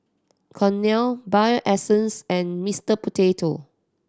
Cornell Bio Essence and Mister Potato